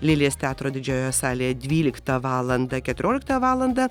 lėlės teatro didžiojoje salėje dvyliktą valandą keturioliktą valandą